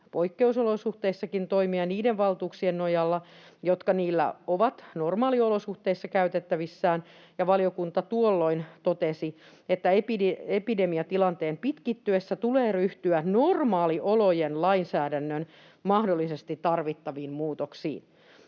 poikkeusolosuhteissakin toimia niiden valtuuksien nojalla, jotka niillä on normaaliolosuhteissa käytettävissään. Valiokunta totesi tuolloin, että ”epidemiatilanteen pitkittyessä tulee ryhtyä normaaliolojen lainsäädännön mahdollisesti tarvittaviin muutoksiin”,